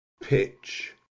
pitch